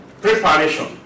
Preparation